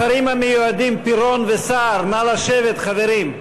השרים המיועדים פירון וסער, נא לשבת, חברים.